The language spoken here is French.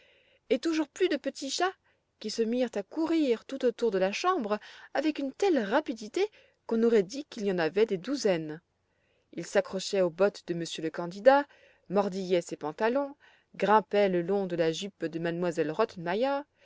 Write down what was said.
et toujours plus de petits chats qui se mirent à courir tout autour de la chambre avec une telle rapidité qu'on aurait dit qu'il y en avait des douzaines ils s'accrochaient aux bottes de monsieur le candidat mordillaient ses pantalons grimpaient le long de la jupe de m